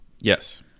yes